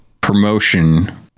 promotion